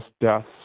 deaths